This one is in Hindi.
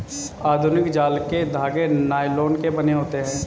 आधुनिक जाल के धागे नायलोन के बने होते हैं